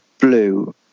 Blue